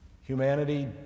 Humanity